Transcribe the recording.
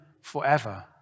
forever